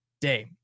day